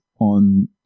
on